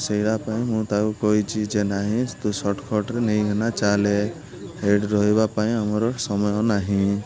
ସେଇଟା ପାଇଁ ମୁଁ ତାକୁ କହିଛି ଯେ ନାହିଁ ତୁ ସଟ୍କଟ୍ରେ ନେଇକିନା ଚାଲେ ରହିବା ପାଇଁ ଆମର ସମୟ ନାହିଁ